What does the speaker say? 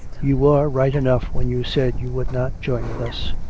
you were right enough when you said you would not join with us.